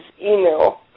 email